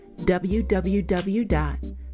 www